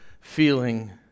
feeling